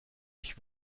ich